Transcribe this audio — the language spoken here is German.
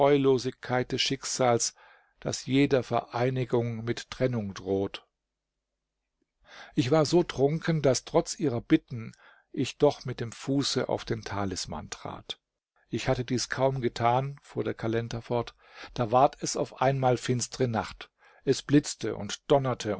des schicksals das jeder vereinigung mit trennung droht ich war so trunken daß trotz ihrer bitten ich doch mit dem fuße auf den talisman trat ich hatte dies kaum getan fuhr der kalender fort da ward es auf einmal finstre nacht es blitzte und donnerte